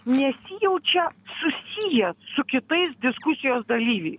nesijaučia susijęs su kitais diskusijos dalyviai